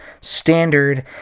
standard